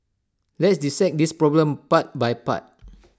let's dissect this problem part by part